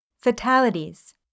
Fatalities